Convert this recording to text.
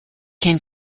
can